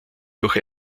durch